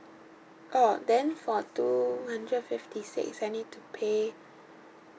orh then for two hundred fifty six I need to pay